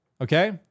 okay